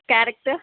carrot